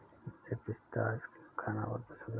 मुझे पिस्ता आइसक्रीम खाना बहुत पसंद है